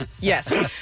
Yes